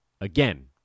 again